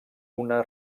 una